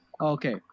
Okay